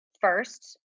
first